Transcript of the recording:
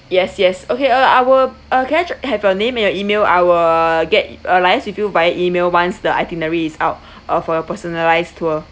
yes yes okay uh I will uh can I ch~ have your name and your email I will get uh liaise with you via email once the itinerary is out uh for your personalised tour